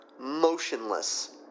motionless